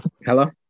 Hello